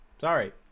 Sorry